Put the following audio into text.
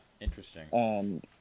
interesting